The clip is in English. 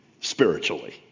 spiritually